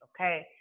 Okay